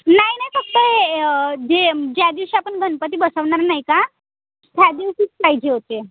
नाही नाही फक्त हे जे ज्यादिवशी आपण गणपती बसवणार नाही का त्यादिवशीच पाहिजे होते